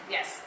Yes